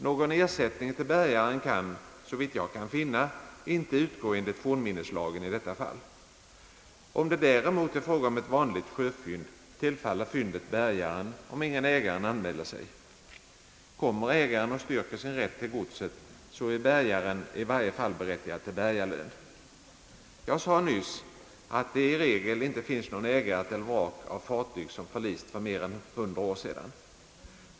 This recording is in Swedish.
Någon ersättning till bärgaren kan, såvitt jag kan finna, inte utgå enligt fornminneslagen i detta fall. Om det däremot är fråga om ett vanligt sjöfynd, tillfaller fyndet bärgaren, om ingen ägare anmäler sig. Kommer ägaren och styrker sin rätt till godset, är bärgaren i varje fall berättigad till bärgarlön. Jag sade nyss, att det i regel inte finns någon ägare till vrak av fartyg, som förlist för mer än hundra år sedan.